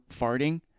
farting